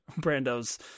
Brando's